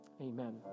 Amen